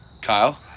Kyle